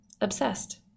obsessed